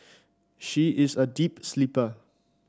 she is a deep sleeper